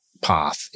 path